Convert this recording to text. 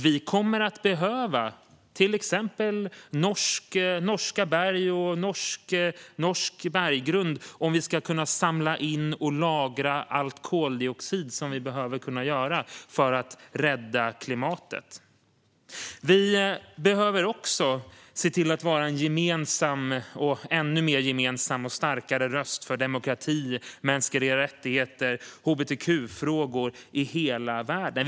Vi kommer att behöva till exempel norsk berggrund om vi ska kunna samla in och lagra all den koldioxid som vi behöver kunna lagra för att rädda klimatet. Vi behöver också vara en gemensam och ännu starkare röst för demokrati, mänskliga rättigheter och hbtq-frågor i hela världen.